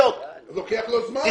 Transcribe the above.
לוקח לו זמן.